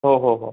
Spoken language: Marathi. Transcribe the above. हो हो हो